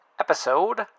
episode